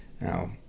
now